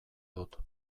dut